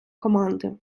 команди